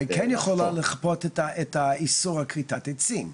אבל כן יכולה לכפות את האיסור על כריתת העצים.